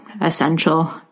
essential